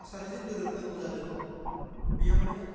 थासारिजों गोरोबनांगौ जादों बेयावनो